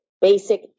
basic